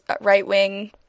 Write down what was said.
right-wing